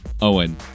Owen